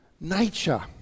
nature